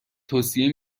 توصیه